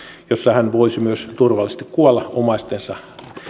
jossa hän voisi myös turvallisesti kuolla omaistensa